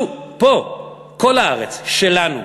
פה זו כל הארץ שלנו.